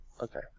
Okay